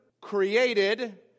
created